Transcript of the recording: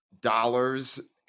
dollars